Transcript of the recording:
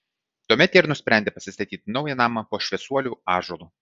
tuomet jie ir nusprendė pasistatyti naują namą po šviesuolių ąžuolu